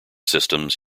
systems